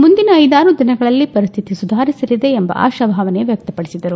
ಮುಂದಿನ ಐದಾರು ದಿನಗಳಲ್ಲಿ ಪರಿಸ್ತಿತಿ ಸುಧಾರಿಸಲಿದೆ ಎಂಬ ಆಶಾಭಾವನೆ ವ್ಯಕ್ತಪಡಿಸಿದರು